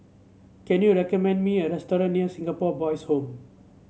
can you recommend me a restaurant near Singapore Boys' Home